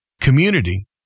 community